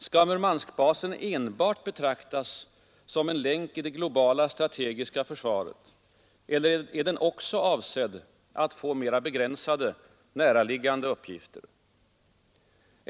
Skall Murmanskbasen enbart betraktas som en länk i det globala stategiska försvaret eller är den också avsedd att få mera begränsade näraliggande uppgifter?